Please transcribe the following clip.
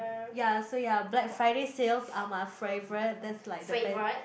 ya so ya Black Friday sales are my favourite that's like the